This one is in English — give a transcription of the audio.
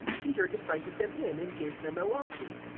peter invited them in, and gave them a lodging.